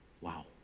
Wow